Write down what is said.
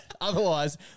Otherwise